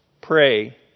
pray